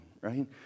right